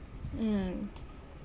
mm